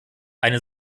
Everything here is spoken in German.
eine